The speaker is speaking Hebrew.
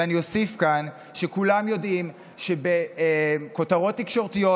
ואני אוסיף כאן שכולם יודעים שבכותרות תקשורתיות